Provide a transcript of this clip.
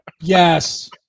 Yes